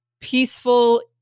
peaceful